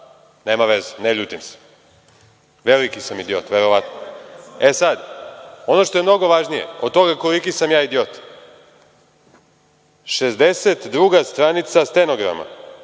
nema veze, ne ljutim se. Veliki sam idiot, verovatno. E sad, ono što je mnogo važnije od toga koliki sam ja idiot, 62. stranica stenograma,